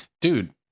dude